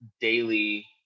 daily